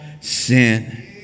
sin